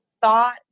thought